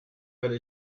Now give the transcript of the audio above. werde